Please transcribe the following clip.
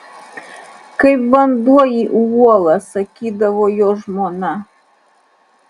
kaip vanduo į uolą sakydavo jo žmona